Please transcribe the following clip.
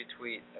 retweet